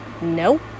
No